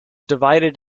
divided